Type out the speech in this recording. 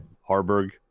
Harburg